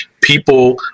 people